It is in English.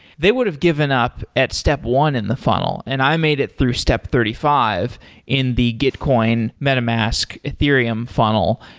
they would have given up at step one in the funnel and i made it through step thirty five in the gitcoin, meta mask, ethereum funnel.